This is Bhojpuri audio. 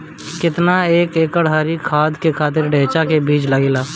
केतना एक एकड़ हरी खाद के खातिर ढैचा के बीज लागेला?